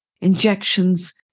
injections